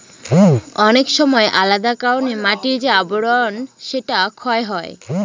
অনেক সময় আলাদা কারনে মাটির যে আবরন সেটা ক্ষয় হয়